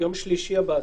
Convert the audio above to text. יום שלישי הבא.